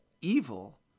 evil